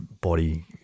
body